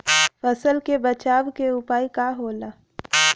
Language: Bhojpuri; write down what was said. फसल के बचाव के उपाय का होला?